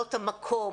ממלאות המקום.